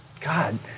God